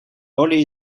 olie